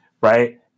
right